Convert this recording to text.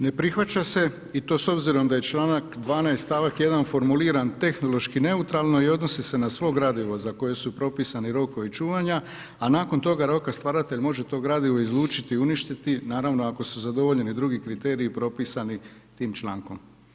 Ne prihvaća se i to s obzirom da je članak 12. stavak 1. formuliran tehnološki neutralno i odnosi se na svo gradivo za koje su propisani rokovi čuvanja, a nakon toga roka stvaratelj može to gradivo izlučiti, uništiti, naravno ako su zadovoljeni drugi kriteriji propisani tim člankom.